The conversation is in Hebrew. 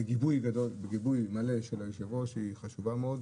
בגיבוי מלא של היושב-ראש, חשובה מאוד.